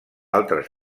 altres